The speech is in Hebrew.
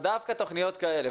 דווקא תוכניות כאלה,